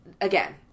Again